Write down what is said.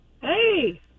Hey